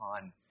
on